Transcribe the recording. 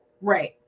Right